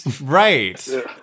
Right